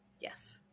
Yes